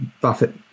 Buffett